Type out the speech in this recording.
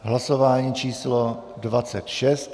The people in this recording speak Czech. Je hlasování číslo 26.